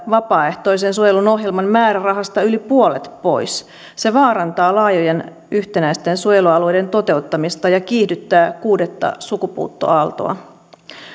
vapaaehtoisen suojelun ohjelman määrärahasta yli puolet pois se vaarantaa laajojen yhtenäisten suojelualueiden toteuttamista ja kiihdyttää kuudetta sukupuuttoaaltoa